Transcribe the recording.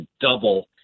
double